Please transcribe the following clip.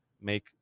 make